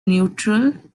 neutral